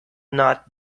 not